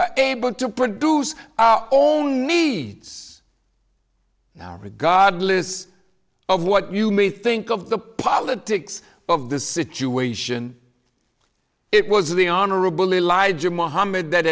are able to produce our own needs now regardless of what you may think of the politics of the situation it was the honorable elijah mohammed that